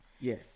Yes